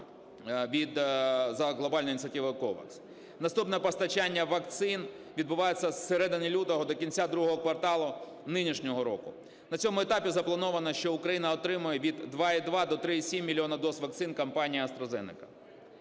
Наступне постачання вакцин відбудеться з середини лютого до кінця ІІ кварталу нинішнього року. На цьому етапі заплановано, що Україна отримає від 2,2 до 3,7 мільйона доз вакцин компанії AstraZeneca.